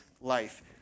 life